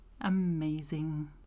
amazing